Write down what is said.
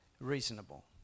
reasonable